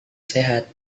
sehat